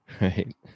right